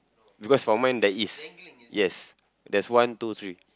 because for mine there is yes there's one two three